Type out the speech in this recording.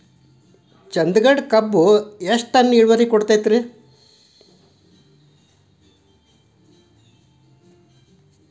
ಚಂದಗಡ ಕಬ್ಬು ಎಷ್ಟ ಟನ್ ಇಳುವರಿ ಕೊಡತೇತ್ರಿ?